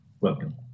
Welcome